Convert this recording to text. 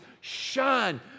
shine